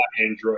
Android